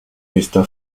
está